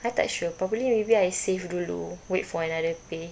I tak sure probably maybe I save dulu wait for another pay